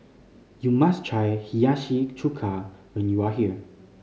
you must try Hiyashi Chuka when you are here